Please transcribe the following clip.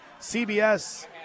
CBS